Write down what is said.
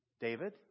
David